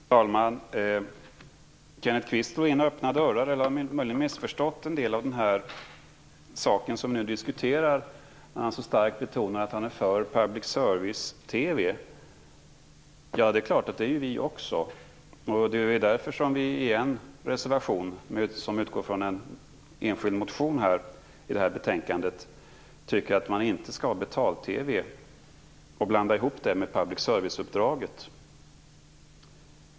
Fru talman! Kenneth Kvist slår in öppna dörrar. Eller har jag möjligen missförstått honom när det gäller en del av det som vi nu diskuterar? Han betonar starkt att han är för public service-TV. Det är klart att vi också är. Det är därför vi i en reservation, som utgår från enskild motion, i det här betänkandet inte tycker att man skall blanda ihop betal-TV med public service-uppdraget.